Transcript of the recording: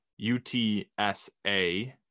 UTSA